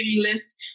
list